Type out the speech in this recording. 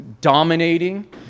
dominating